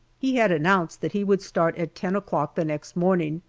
he had announced that he would start at ten o'clock the next morning,